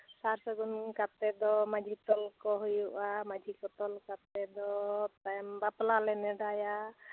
ᱥᱟᱨᱼᱥᱟᱹᱜᱩᱱ ᱠᱟᱛᱮᱫ ᱫᱚ ᱢᱟᱺᱡᱷᱤ ᱛᱚᱞ ᱠᱚ ᱦᱩᱭᱩᱜᱼᱟ ᱢᱟᱺᱡᱷᱤ ᱠᱚ ᱛᱚᱞ ᱠᱟᱛᱮᱫ ᱫᱚ ᱛᱟᱭᱚᱢ ᱵᱟᱯᱞᱟ ᱞᱮ ᱱᱮᱰᱟᱭᱟ